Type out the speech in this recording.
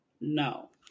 No